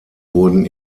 wurden